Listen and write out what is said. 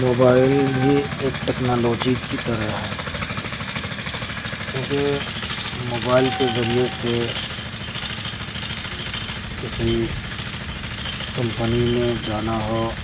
mobile بھی ایک technology کی طرح ہے چوں کہ موبائل کے ذریعے سے کسی کمپنی میں جانا ہو